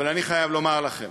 אבל אני חייב לומר לכם,